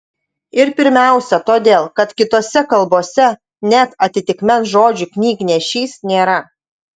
ir pirmiausia todėl kad kitose kalbose net atitikmens žodžiui knygnešys nėra